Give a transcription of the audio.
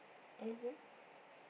mmhmm